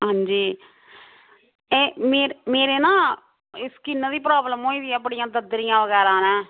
आं जी एह् मेरे ना स्किन दी प्रॉब्लम होई दी ऐ बड़ी इंया दद्दरियां बगैरा न